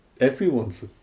everyone's